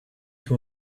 who